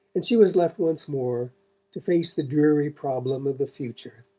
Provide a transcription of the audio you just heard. and she was left once more to face the dreary problem of the future.